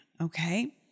okay